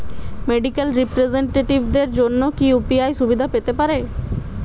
Medical রিপ্রেজন্টেটিভদের জন্য কি ইউ.পি.আই সুবিধা পেতে পারে?